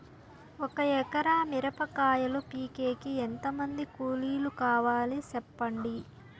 ఒక ఎకరా మిరప కాయలు పీకేకి ఎంత మంది కూలీలు కావాలి? సెప్పండి?